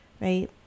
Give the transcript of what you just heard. Right